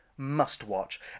must-watch